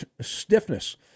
stiffness